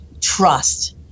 Trust